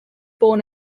born